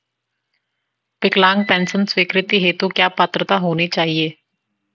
विकलांग पेंशन स्वीकृति हेतु क्या पात्रता होनी चाहिये?